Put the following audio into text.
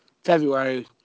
February